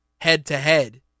head-to-head